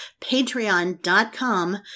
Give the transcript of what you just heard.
patreon.com